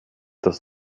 das